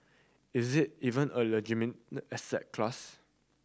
is it even a legitimate asset class